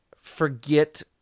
forget